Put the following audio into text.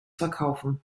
verkaufen